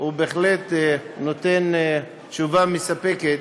בהחלט נותן תשובה מספקת.